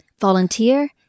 volunteer